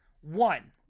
one